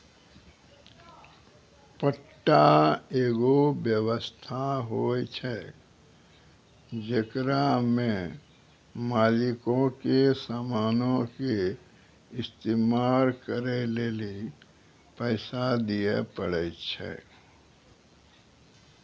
पट्टा एगो व्य्वस्था होय छै जेकरा मे मालिको के समानो के इस्तेमाल करै लेली पैसा दिये पड़ै छै